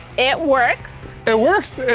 it works. it works,